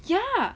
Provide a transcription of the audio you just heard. ya